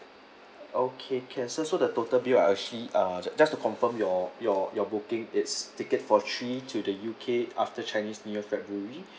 okay can so so the total bill I'll actually uh just just to confirm your your your booking it's ticket for three to the U_K after chinese new year february